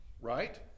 right